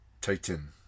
Titan